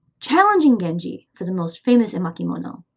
challenging genji for the most famous emakimono,